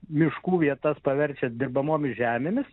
miškų vietas paverčiant dirbamomis žemėmis